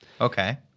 Okay